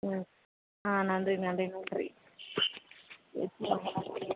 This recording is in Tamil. ம் ஆ நன்றி நன்றிங்க சரி நன்றிங்க